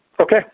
Okay